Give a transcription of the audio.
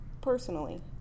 personally